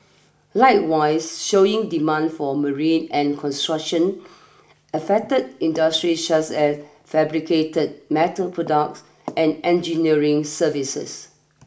likewise showing demand for marine and construction affected industries such as fabricated metal products and engineering services